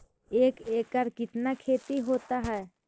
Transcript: एक एकड़ कितना खेति होता है?